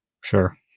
sure